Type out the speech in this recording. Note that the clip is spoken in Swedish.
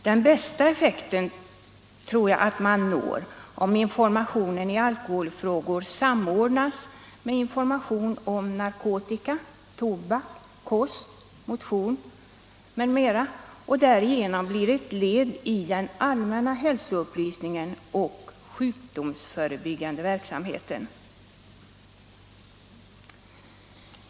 Den bästa effekten tror jag att man får om informationen i alkoholfrågor samordnas med information om narkotika, tobak, kost, motion m.m. Därigenom blir denna information ett led i den allmänna hälsoupplysningen och sjukdomsförebyggande verksamheten.